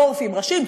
לא עורפים ראשים,